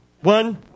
One